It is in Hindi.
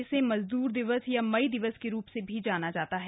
इसे मजदूर दिवस या मई दिवस के नाम से भी जाना जाता है